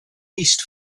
east